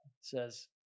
Says